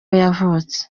yavutse